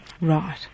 right